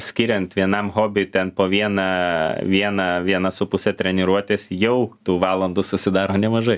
skiriant vienam hobiui ten po vieną vieną vieną su puse treniruotės jau tų valandų susidaro nemažai